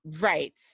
right